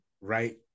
right